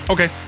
Okay